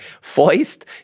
Foist